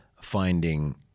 finding